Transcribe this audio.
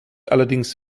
allerdings